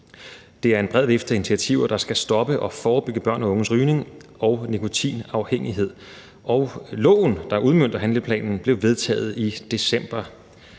indeholder en bred vifte af initiativer, der skal stoppe og forebygge børn og unges rygning og nikotinafhængighed. Loven, der udmønter handleplanen, blev vedtaget i december